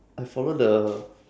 I follow the